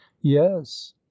yes